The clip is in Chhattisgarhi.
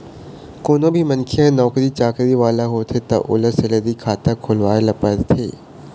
कोनो भी मनखे ह नउकरी चाकरी वाला होथे त ओला सेलरी खाता खोलवाए ल परथे